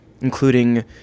including